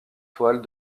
toiles